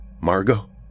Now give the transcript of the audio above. Margot